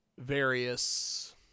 various